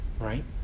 Right